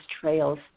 trails